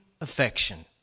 affection